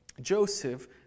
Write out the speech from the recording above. Joseph